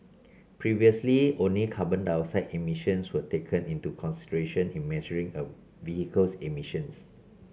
previously only carbon dioxide emissions were taken into consideration in measuring a vehicle's emissions